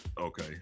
Okay